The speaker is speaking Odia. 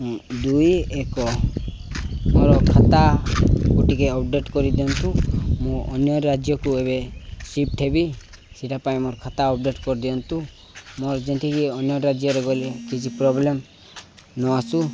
ଦୁଇ ଏକ ମୋର ଖାତାକୁ ଟିକେ ଅପଡେଟ୍ କରିଦିଅନ୍ତୁ ମୁଁ ଅନ୍ୟ ରାଜ୍ୟକୁ ଏବେ ସିଫ୍ଟ ହେବି ସେଇଟା ପାଇଁ ମୋର ଖାତା ଅପଡେଟ୍ କରିଦିଅନ୍ତୁ ମୋର ସେଠିକି ଅନ୍ୟ ରାଜ୍ୟକୁ ଗଲେ କିଛି ପ୍ରୋବ୍ଲେମ୍ ନ ଆସୁ